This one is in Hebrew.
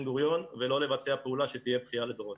גוריון ולא לבצע פעולה שתהיה בכייה לדורות.